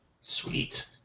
Sweet